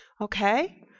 Okay